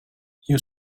you